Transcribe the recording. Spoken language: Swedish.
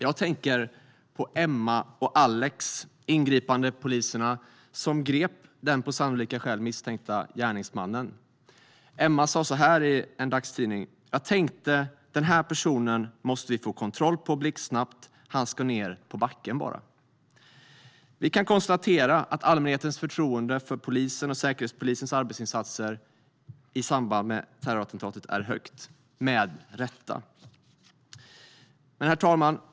Jag tänker på Emma och Alex, poliserna som grep den på sannolika skäl misstänkte gärningsmannen. Emma sa så här i en dagstidning: "Jag tänkte den här personen måste vi få kontroll på blixtsnabbt, han ska ner på backen bara." Vi kan konstatera att allmänhetens förtroende för polisens och Säkerhetspolisens arbetsinsatser i samband med terrorattentatet är högt - med rätta. Herr talman!